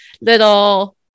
little